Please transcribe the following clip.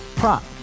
Prop